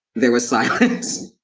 there was silence.